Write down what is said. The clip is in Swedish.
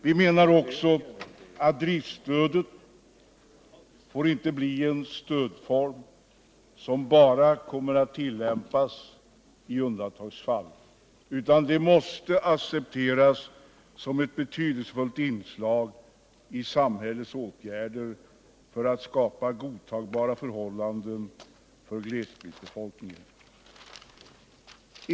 Vi menar också att driftstödet får inte bli en stödform som bara kommer att tillämpas i undantagsfall, utan det måste accepteras som ett betydelsefullt inslag i samhällets åtgärder för att skapa godtagbara förhållanden för glesbygdsbefolkningen.